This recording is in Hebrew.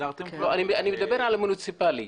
אני מדבר על עובדים מוניציפאליים.